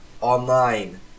online